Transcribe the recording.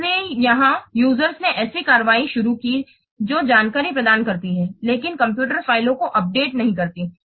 इसलिए यहां यूजरस ने ऐसी कार्रवाई शुरू की जो जानकारी प्रदान करती हैं लेकिन कंप्यूटर फ़ाइलों को अपडेट नहीं करती हैं